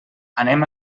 anem